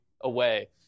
away